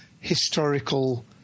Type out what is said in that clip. historical